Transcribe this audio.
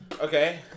Okay